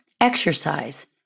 exercise